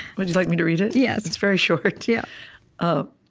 would you like me to read it? yes it's very short. yeah um